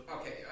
Okay